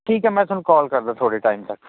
ਠੀਕ ਐ ਮੈਂ ਥੋਨੂੰ ਕੌਲ ਕਰਦਾ ਥੋੜੇ ਟਾਈਮ ਤੱਕ